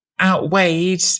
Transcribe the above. outweighed